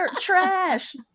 Trash